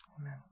Amen